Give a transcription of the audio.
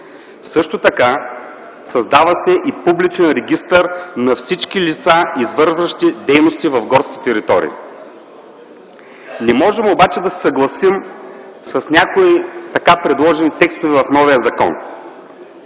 Също така се създава и публичен регистър на всички лица, извършващи дейности в горски територии. Не можем обаче да се съгласим с някои предложени текстове в новия закон.